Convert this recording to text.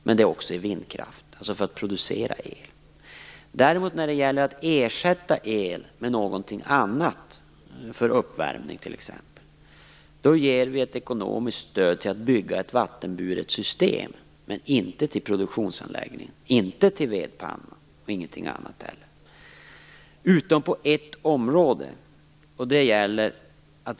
Men det går också till vindkraft, dvs. för att producera el. När det gäller att ersätta el för t.ex. uppvärmning med någonting annat ger vi ett ekonomisk stöd till att bygga ett vattenburet system, men inte till produktionsanläggningen, inte till vedpannan och inte till någonting annat heller utom på ett område.